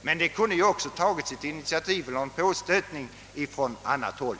Men det kunde ju också ha tagits initiativ från annat håll.